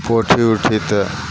पोठी उठी तऽ